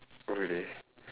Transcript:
oh really